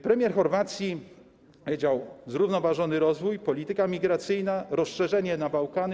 Premier Chorwacji powiedział: zrównoważony rozwój, polityka migracyjna, rozszerzenie o Bałkany.